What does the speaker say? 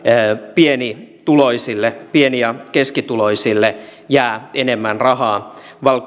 pienituloisille pieni ja keskituloisille jää enemmän rahaa